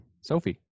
Sophie